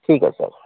ٹھیک ہے سر